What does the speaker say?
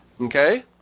Okay